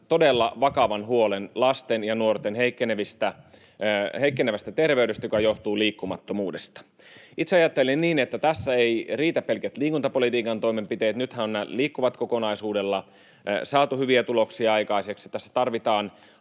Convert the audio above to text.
todella vakavan huolen lasten ja nuorten heikkenevästä terveydestä, joka johtuu liikkumattomuudesta. Itse ajattelen, että tässä eivät riitä pelkät liikuntapolitiikan toimenpiteet — nythän on Liikkuvat-kokonaisuudella saatu hyviä tuloksia aikaiseksi — vaan tässä tarvitaan